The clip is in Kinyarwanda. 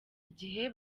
igihe